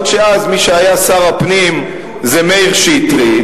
שמי שהיה אז שר הפנים זה מאיר שטרית,